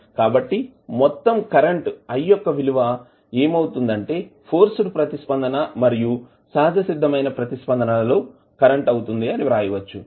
కాబట్టి మొత్తం current i యొక్క విలువ ఏమవుతుందంటే ఫోర్స్డ్ ప్రతిస్పందన మరియు సహజసిద్దమైన ప్రతిస్పందన లలో కరెంటు అవుతుంది అని వ్రాయచ్చు